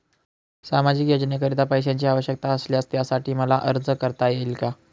सामाजिक योजनेकरीता पैशांची आवश्यकता असल्यास त्यासाठी मला अर्ज करता येईल का?